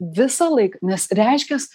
visąlaik nes reiškias